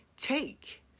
take